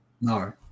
No